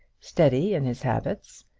steady in his habits,